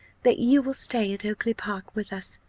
that you will stay at oakly-park with us,